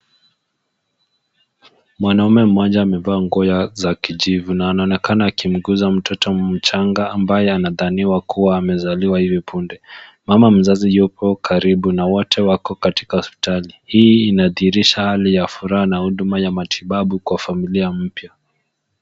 Mwanaume mmoja amevaa nguo za kijivu na anaonekana akimguza mtoto mchanga ambaye anadhaniwa kuwa amezaliwa hivi punde. Mama mzazi yupo karibu na wote wako katika hospitali. Hii inadhihirisha hali ya furaha na huduma ya matibabu kwa familia mpya.